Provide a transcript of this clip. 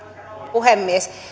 puhemies